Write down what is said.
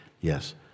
yes